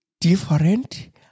different